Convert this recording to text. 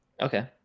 Okay